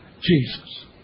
Jesus